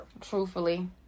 Truthfully